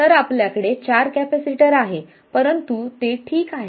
तर आपल्याकडे चार कॅपेसिटर आहेत परंतु ते ठीक आहे